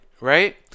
right